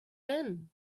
ben